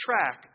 track